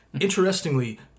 Interestingly